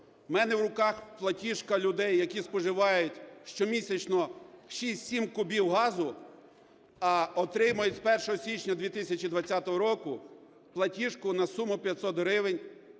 У мене в руках платіжка людей, які споживають щомісячно 6-7 кубів газу, а отримують з 1 січня 2020 року платіжку на суму 500 гривень